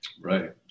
right